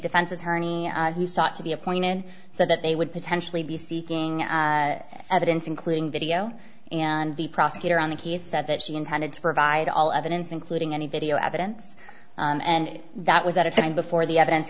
defense attorney who sought to be appointed so that they would potentially be seeking evidence including video and the prosecutor on the he said that he intended to provide all evidence including any video evidence and that was at a time before the evidence